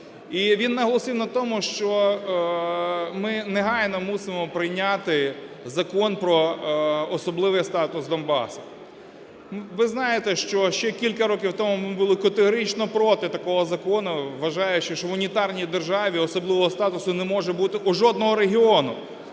він наголосив на тому, що ми негайно маємо прийняти Закон про особливий статус Донбасу. Ви знаєте, що ще кілька років тому ми були категорично проти такого закону, вважаючи, що в унітарній державі особливого статусу не може бути в жодного регіону.